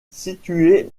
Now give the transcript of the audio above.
situé